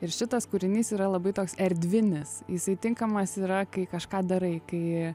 ir šitas kūrinys yra labai toks erdvinis jisai tinkamas yra kai kažką darai kai